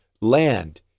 land